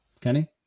Kenny